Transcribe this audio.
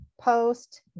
post